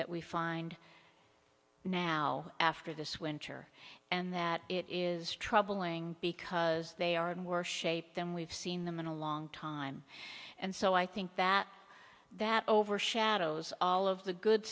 that we find now after this winter and that it is troubling because they are in worse shape than we've seen them in a long time and so i think that that overshadows all of the good